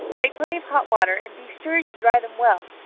take plenty of hot water, and be sure you dry them well.